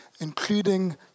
including